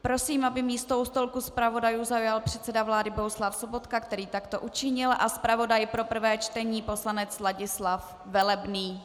Prosím, aby místo u stolku zpravodajů zaujal předseda vlády Bohuslav Sobotka, který takto učinil, a zpravodaj pro prvé čtení poslanec Ladislav Velebný.